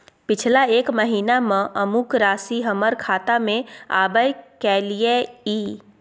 पिछला एक महीना म अमुक राशि हमर खाता में आबय कैलियै इ?